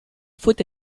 faute